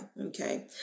okay